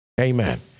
amen